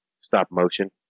stop-motion